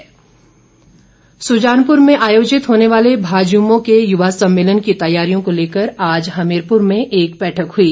भाजयुमो सुजानपुर में आयोजित होने वाले भाजयुमो के युवा सम्मेलन की तैयारियों को लेकर आज हमीरपुर में एक बैठक हुई